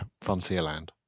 Frontierland